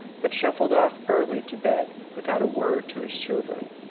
but shuffled off early to bed without a word to his children.